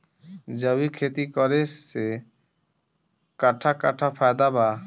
जैविक खेती करे से कट्ठा कट्ठा फायदा बा?